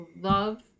love